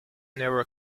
never